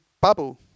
bubble